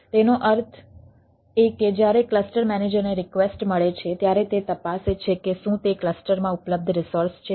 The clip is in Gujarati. તેનો અર્થ એ કે જ્યારે ક્લસ્ટર મેનેજરને રિક્વેસ્ટ મળે છે ત્યારે તે તપાસે છે કે શું તે ક્લસ્ટરમાં ઉપલબ્ધ રિસોર્સ છે